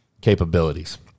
capabilities